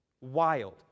Wild